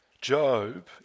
Job